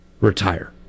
retire